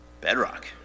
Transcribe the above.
Bedrock